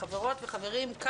חברות וחברים,